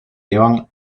llevan